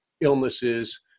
illnesses